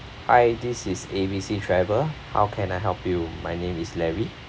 hi this is A B C travel how can I help you my name is larry